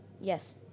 Yes